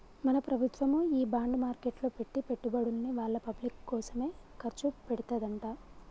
మన ప్రభుత్వము ఈ బాండ్ మార్కెట్లో పెట్టి పెట్టుబడుల్ని వాళ్ళ పబ్లిక్ కోసమే ఖర్చు పెడతదంట